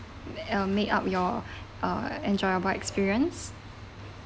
uh made up your uh enjoyable experience